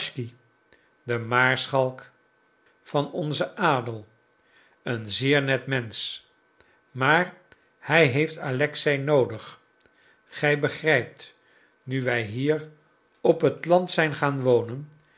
de maarschalk van onzen adel een zeer net mensch maar hij heeft alexei noodig gij begrijpt nu wij hier op het land zijn gaan wonen